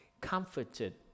comforted